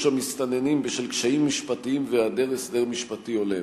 המסתננים בשל קשיים משפטיים והיעדר הסדר משפטי הולם.